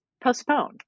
postpone